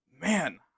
man